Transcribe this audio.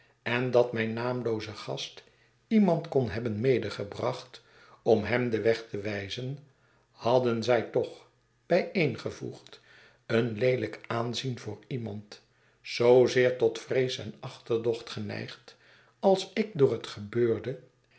en dat mijn naamlooze gast iemand kon hebben medegebracht om hem den weg te wijzen hadden zij toch bijeengevoegd een leelijk aanzien voor iemand zoozeer tot vrees en achterdocht geneigd als ik door het gebeurde